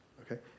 okay